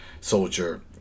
soldier